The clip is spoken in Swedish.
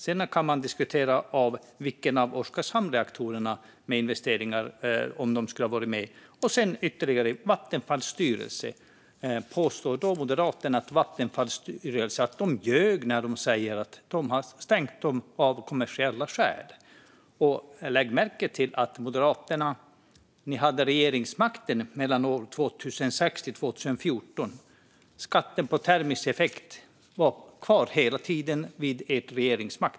Man kan diskutera om reaktorerna i Oskarshamn kunde varit med efter investeringar. Påstår Moderaterna att Vattenfalls styrelse ljög när de sa att de stängde reaktorerna av kommersiella skäl? Moderaterna hade regeringsmakten mellan 2006 och 2014, men skatten på termisk effekt var kvar hela den tiden.